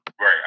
Right